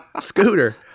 Scooter